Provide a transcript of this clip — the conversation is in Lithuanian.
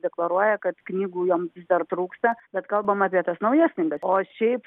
deklaruoja kad knygų joms vis dar trūksta bet kalbam apie tas naujas knygas o šiaip